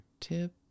tip